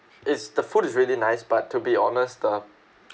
is the food is really nice but to be honest the